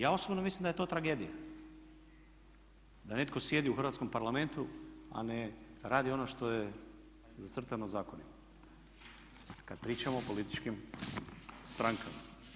Ja osobno mislim da je to tragedija, da netko sjedi u Hrvatskom parlamentu a ne radi ono što je zacrtano zakonima, kada pričamo o političkim strankama.